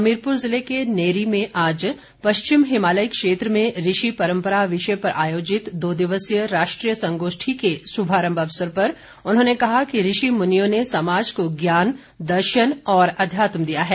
हमीरपुर ज़िले के नेरी में आज पश्चिम हिमालयी क्षेत्र में ऋषि परम्परा विषय पर आयोजित दो दिवसीय राष्ट्रीय संगोष्ठी के शुभारम्भ अवसर पर उन्होंने कहा कि ऋषि मुनियों ने समाज को ज्ञान दर्शन और अध्यात्म दिया है